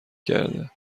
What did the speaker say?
کرده